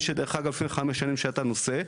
יש לפני חמש שנים שהיה את הנושא,